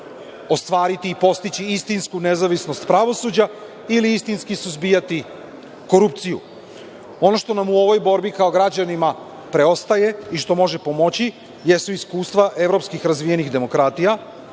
ostvariti i postići istinsku nezavisnost pravosuđa ili istinski suzbijati korupciju. Ono što nam u ovoj borbi kao građanima preostaje i što može pomoći, jesu iskustva evropskih razvijenih demokratija